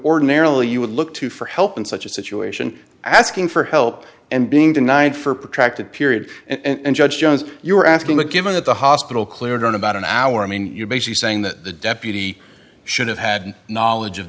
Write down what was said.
ordinarily you would look to for help in such a situation asking for help and being denied for protracted period and judge jones you were asking that given that the hospital cleared in about an hour i mean you're basically saying that the deputy should have had knowledge of